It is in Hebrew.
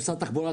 למשרד התחבורה,